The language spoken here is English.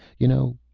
you know,